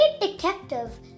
detective